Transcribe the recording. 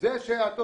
משרד הספורט?